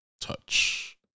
touch